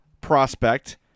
prospect